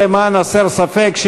למען הסר ספק,